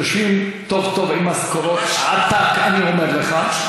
יושבים טוב-טוב עם משכורות עתק, אני אומר לך.